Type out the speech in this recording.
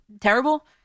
Terrible